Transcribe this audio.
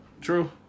True